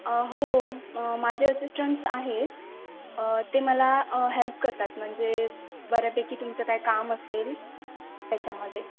हो माझे असिस्टंट्स आहेत ते मला हेल्प करतात म्हणजे बऱ्यापैकी तुमचं काही काम असेल त्याच्यामध्ये